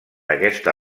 aquesta